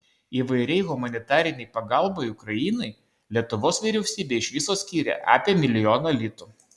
įvairiai humanitarinei pagalbai ukrainai lietuvos vyriausybė iš viso skyrė apie milijoną litų